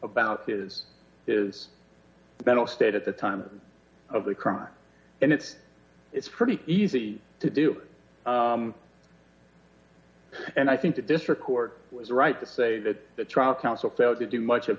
about his is mental state at the time of the crime and it's it's pretty easy to do and i think the district court was right to say that the trial counsel failed to do much of